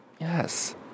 Yes